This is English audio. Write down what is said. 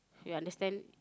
you understand